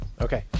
Okay